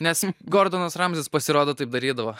nes gordonas ramzis pasirodo taip darydavo